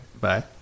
Bye